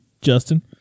Justin